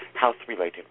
health-related